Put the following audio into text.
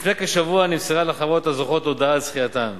לפני כשבוע נמסרה לחברות הזוכות הודעה על זכייתן,